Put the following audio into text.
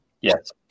Yes